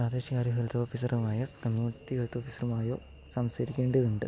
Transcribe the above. പ്രാദേശ്യ കാര്യ ഹെൽത്ത് ഓഫീസറുമായോ community health ഓഫീസറുമായോ സംസാരിക്കേണ്ടിയതുണ്ട്